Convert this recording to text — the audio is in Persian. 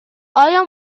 آیا